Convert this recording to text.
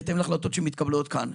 בהתאם להחלטות שמתקבלות כאן.